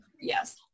Yes